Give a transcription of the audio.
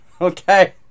Okay